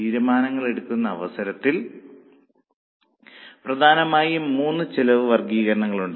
തീരുമാനങ്ങൾ എടുക്കുന്ന അവസരത്തിൽ പ്രധാനമായും മൂന്നുതരം ചെലവ് വർഗ്ഗീകരണങ്ങൾ ഉണ്ട്